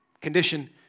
condition